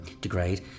degrade